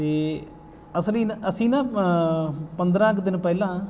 ਅਤੇ ਅਸਲੀ ਅਸੀਂ ਨਾ ਪੰਦਰ੍ਹਾਂ ਕੁ ਦਿਨ ਪਹਿਲਾਂ